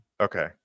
Okay